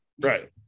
Right